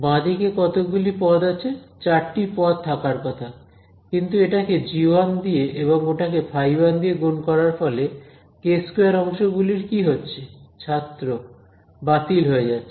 বাঁদিকে কতগুলি পদ আছে চারটি পদ থাকার কথা কিন্তু এটাকে g1 দিয়ে এবং ওটাকে φ1 দিয়ে গুণ করার ফলে k2 অংশগুলির কি হচ্ছে বাতিল হয়ে যাচ্ছে